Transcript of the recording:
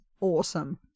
Awesome